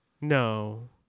No